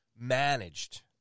managed